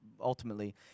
ultimately